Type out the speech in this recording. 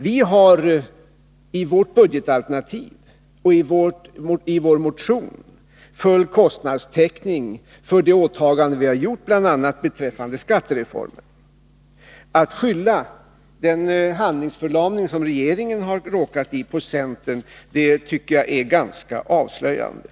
Vi har i vårt budgetalternativ och i vår motion full kostnadstäckning för de åtaganden som vi har gjort bl.a. beträffande skattereformen. Att man vill skylla den handlingsförlamning som regeringen har råkat i på centern tycker jag är ganska avslöjande.